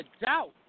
doubt